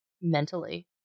mentally